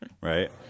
right